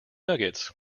nuggets